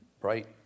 Right